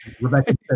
Rebecca